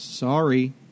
Sorry